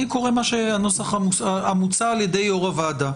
אני קורא מהנוסח המוצע על ידי יו"ר הוועדה,